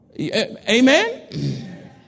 Amen